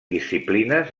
disciplines